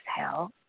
exhale